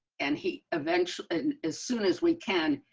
and he eventually and as soon as we can,